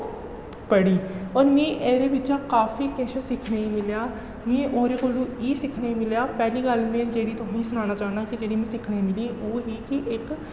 पढ़ी होर मिगी एह्दे बिच्चा काफी किश सिक्खने गी मिलेआ मीं ओह्दे कोला एह् सिक्खने गी मिलेआ पैह्ली गल्ल में जेह्ड़ी तुसेंगी सनाना चाहन्नां कि जेह्ड़ी मिगी सिक्खने गी मिली ओह् ही कि इक